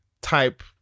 type